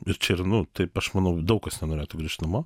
ir čia yra nu taip aš manau daug kas nenorėtų grįžt namo